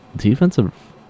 defensive